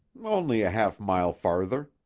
only a half mile farther,